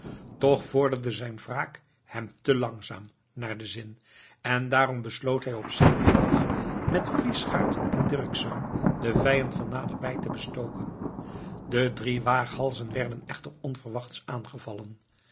toch vorderde zijne wraak hem te langzaam naar den zin en daarom besloot hij op zekeren dag met vliechuyt en dirksz den vijand van naderbij te bestoken de drie waaghalzen werden echter onverwachts aangevallen